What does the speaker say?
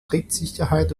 trittsicherheit